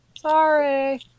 Sorry